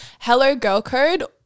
HelloGirlCode